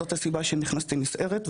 זאת הסיבה שנכנסתי נסערת,